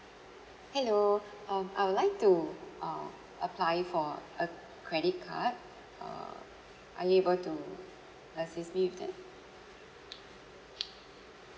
hello um I would like to uh apply for a credit card err are you able to assist me with that